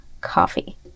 coffee